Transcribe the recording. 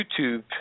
YouTube